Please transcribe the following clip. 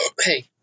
Hey